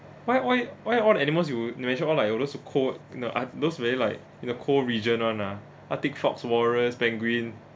why why why all the animals you you mention all like all those know ah those very like in the cold region [one] ah arctic fox walrus penguin